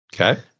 Okay